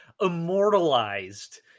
immortalized